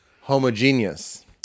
Homogeneous